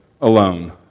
alone